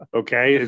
okay